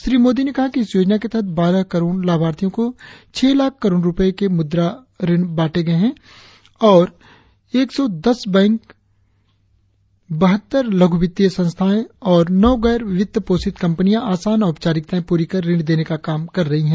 श्री मोदी ने कहा कि इस योजना के तहत बारह करोड़ लाभार्थियों को छह लाख करोड़ रुपये के मुद्रा ऋण बांटे गये हैं और एक सौ दस बैंक बहत्तर लघु वित्तीय संस्थाएं और नौ गैर वित्त पोषित कंपनियां आसान औपचारिकताएं पूरी कर ऋण देने का काम कर रही है